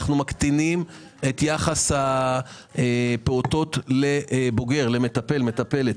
אנו מקטינים את יחס הפעוטות לבוגר, למטפל, מטפלת.